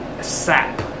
sap